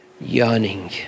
yearning